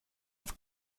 auf